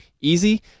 easy